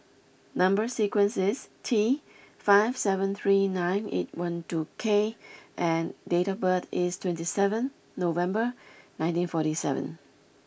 number sequence is T five seven three nine eight one two K and date of birth is twenty seven November nineteen forty seven